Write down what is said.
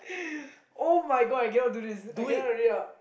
[oh]-my-God I cannot do this I cannot read up